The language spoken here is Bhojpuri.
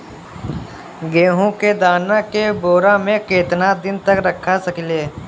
गेहूं के दाना के बोरा में केतना दिन तक रख सकिले?